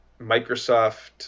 Microsoft